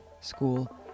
school